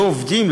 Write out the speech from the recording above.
לא עובדים?